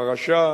חרשה,